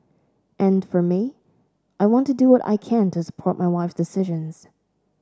and for me I want to do what I can to support my wife's decisions